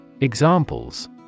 Examples